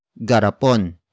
garapon